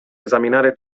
esaminare